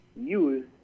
use